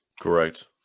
Correct